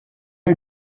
you